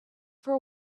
for